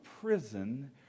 prison